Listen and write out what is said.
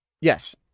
Yes